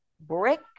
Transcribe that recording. Brick